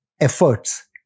efforts